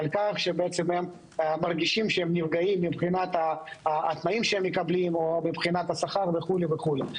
שהם נפגעים מבחינת התנאים שהם מקבלים או מבחינת השכר וכו' וכו'.